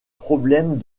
problèmes